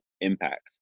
impact